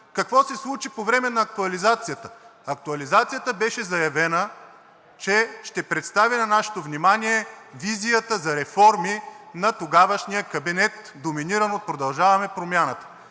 Какво се случи по време на актуализацията? Актуализацията беше заявена, че ще представи на нашето внимание визията за реформи на тогавашния кабинет, доминиран от „Продължаваме Промяната“.